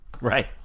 Right